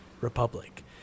Republic